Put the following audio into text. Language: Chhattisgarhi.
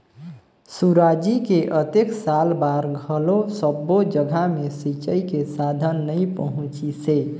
सुराजी के अतेक साल बार घलो सब्बो जघा मे सिंचई के साधन नइ पहुंचिसे